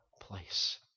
place